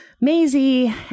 Maisie